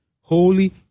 holy